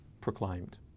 proclaimed